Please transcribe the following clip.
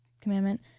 commandment